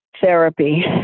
therapy